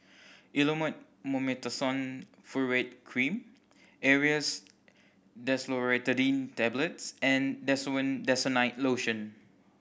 Elomet Mometasone Furoate Cream Aerius DesloratadineTablets and Desowen Desonide Lotion